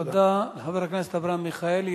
תודה לחבר הכנסת אברהם מיכאלי.